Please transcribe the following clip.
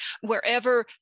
wherever